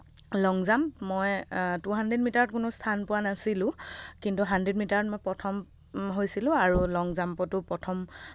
লং jump মই two hundred মিটাৰত কোনো স্থান পোৱা নাছিলোঁ কিন্তু হাণ্ড্ৰেড মিটাৰত মই প্ৰথম হৈছিলোঁ আৰু লং জাম্পতো প্ৰথম পাইছিলোঁ আৰু